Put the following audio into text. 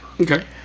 Okay